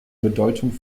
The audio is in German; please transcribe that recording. bedeutung